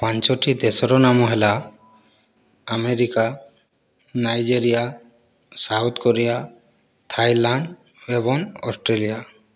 ପାଞ୍ଚଟି ଦେଶର ନାମ ହେଲା America Nigeria South Korea Thailand ଏବଂ ଅଷ୍ଟ୍ରେଲିଆ